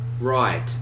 Right